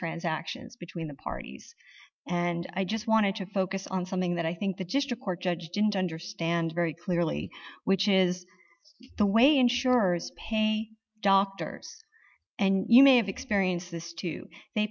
transactions between the parties and i just wanted to focus on something that i think that just a court judge didn't understand very clearly which is the way insurers pain doctors and you may have experienced this too they